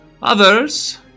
Others